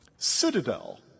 Citadel